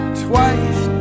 twice